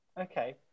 Okay